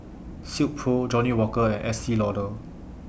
Silkpro Johnnie Walker and Estee Lauder